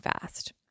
fast